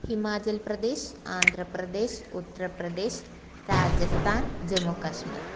हिमाचलप्रदेशः आन्ध्रप्रदेशः उत्तरप्रदेशः राजस्थानं जमुकाश्मिर्